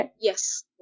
yes